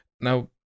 Now